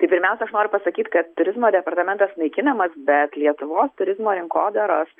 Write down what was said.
tai pirmiausia aš noriu pasakyt kad turizmo departamentas naikinamas bet lietuvos turizmo rinkodaros